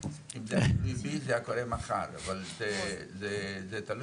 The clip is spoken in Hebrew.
אם היה תלוי בי היה קורה מחר אבל זה תלוי